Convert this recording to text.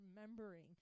remembering